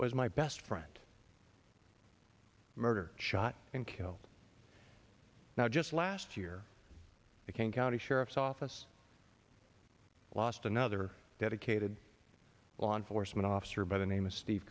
was my best friend murder shot and killed now just last year the kane county sheriff's office last another dedicated law enforcement officer by the name of steve